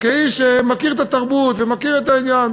כאיש שמכיר את התרבות ומכיר את העניין,